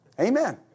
Amen